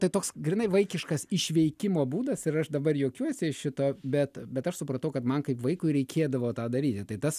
tai toks grynai vaikiškas išveikimo būdas ir aš dabar juokiuosi iš šito bet bet aš supratau kad man kaip vaikui reikėdavo tą daryti tai tas